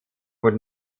would